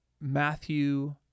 Matthew